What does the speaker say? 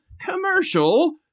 commercial